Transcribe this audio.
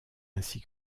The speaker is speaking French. ainsi